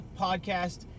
podcast